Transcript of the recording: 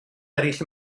eraill